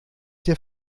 der